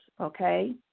okay